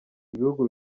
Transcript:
ibihugu